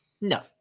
No